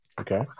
okay